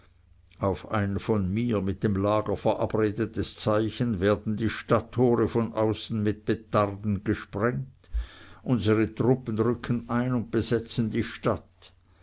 auf ein von mir mit dem lager verabredetes zeichen werden die stadttore von außen mit petarden gesprengt unsere truppen rücken ein und besetzen die stadt